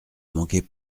manquez